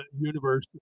universe